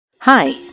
Hi